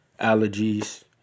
allergies